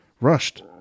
rushed